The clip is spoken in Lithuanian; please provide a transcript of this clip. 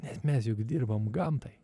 bet mes juk dirbam gamtai